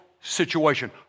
situation